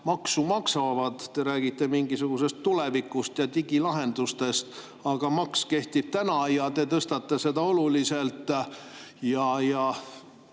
maksu maksavad. Te räägite mingisugusest tulevikust ja digilahendustest, aga maks kehtib täna, te tõstate seda oluliselt